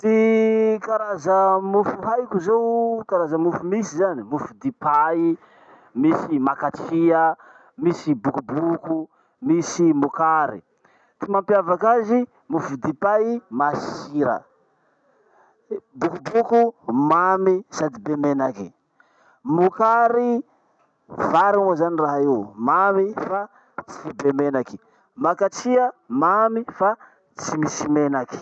Ty karaza mofo haiko zao, karaza mofo misy zany: mofodipay, misy makatria, misy bokoboko, misy mokary. Ty mampiavaky azy, mofodipay masira, bokoboko mamy sady be menaky, mokary, vary moa zany raha io, mamy i fa tsy be menaky, makatria mamy fa tsy misy menaky.